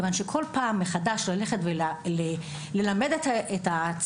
מכיוון שכל פעם ללכת וללמד מחדש את הצוות,